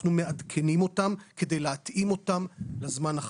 אנחנו מעדכנים אותן כדי להתאים אותן לזמן החדש,